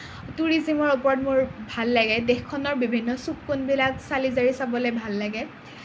টুৰিজিমৰ ওপৰত মোৰ ভাল লাগে দেশখনৰ বিভিন্ন চুক কোণবিলাক চালি জাৰি চাবলে ভাল লাগে